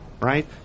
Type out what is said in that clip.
Right